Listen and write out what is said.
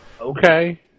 Okay